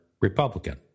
Republican